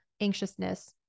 anxiousness